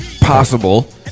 possible